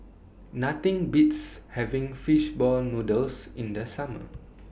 Nothing Beats having Fish Ball Noodles in The Summer